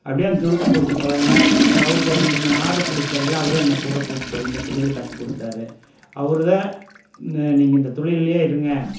அப்டி அந்த துடுப்பை பிடிச்சி பழகினேன் அப்புறம் அவருக்கு ஒரு ரெண்டு மூணு ஆர்ட்ரு பிடிச்சித்தரையில அவரும் என்னை கூட கூப்பிட்டு போய் இந்தத் தொழில் கற்றுக்குடுத்தாரு அவர்தான் நீங்கள் இந்த தொழில்லேயே இருங்கள்